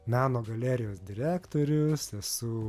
meno galerijos direktorius esu